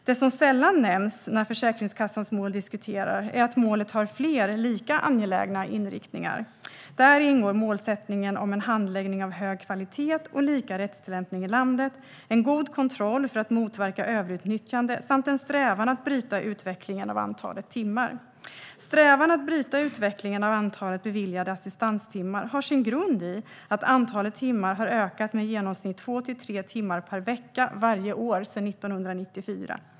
Det som sällan nämns när Försäkringskassans mål diskuteras är att målet har fler lika angelägna inriktningar. Där ingår målsättningen om en handläggning av hög kvalitet och lika rättstillämpning i landet, en god kontroll för att motverka överutnyttjande samt en strävan att bryta utvecklingen av antalet timmar. Strävan att bryta utvecklingen av antalet beviljade assistanstimmar har sin grund i att antalet timmar har ökat med i genomsnitt två till tre timmar per vecka varje år sedan 1994.